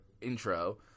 intro